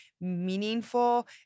meaningful